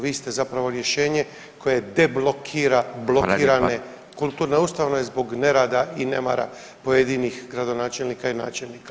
Vi ste zapravo rješenje koje deblokira blokirane [[Upadica Radin: Hvala lijepa.]] kulturne ustanove zbog nerada i nemara pojedinih gradonačelnika i načelnika.